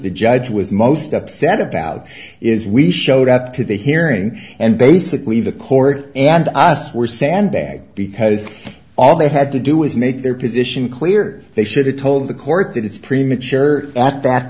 the judge was most upset about is we showed up to the hearing and basically the court and the us were sandbag because all they had to do was make their position clear they should have told the court that it's premature at